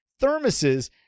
thermoses